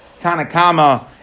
Tanakama